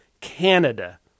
Canada